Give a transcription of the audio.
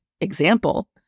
example